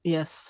Yes